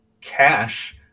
cash